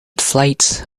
flight